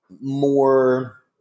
more